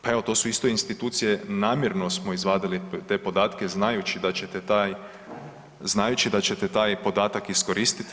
Pa evo to su isto institucije, namjerno smo izvadili te podatke znajući da ćete taj, znajući da ćete taj podatak iskoristi.